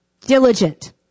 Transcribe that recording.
diligent